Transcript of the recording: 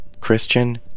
Christian